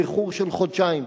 באיחור של חודשיים,